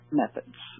methods